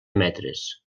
metres